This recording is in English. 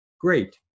great